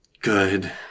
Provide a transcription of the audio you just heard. Good